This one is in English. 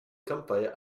campfire